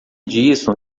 disso